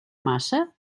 massa